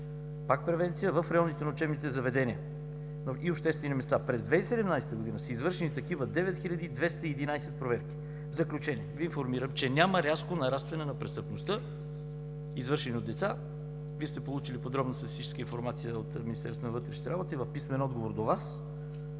пак превенция, в районите на учебните заведения и обществени места. През 2017 г. са извършени такива 9211 проверки. В заключение Ви информирам, че няма рязко нарастване на престъпността, извършена от деца. Вие сте получили подробна статистическа информация от Министерството на